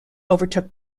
overtook